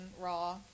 Raw